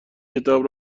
کتاب